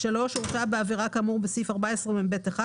הוא הורשע בעבירה כאמור בסעיף 14מב1,